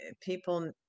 people